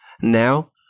now